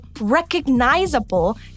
recognizable